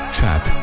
Trap